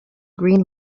green